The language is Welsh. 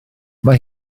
mae